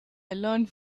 learn